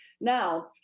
Now